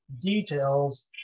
details